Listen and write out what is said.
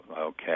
okay